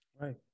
Right